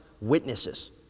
witnesses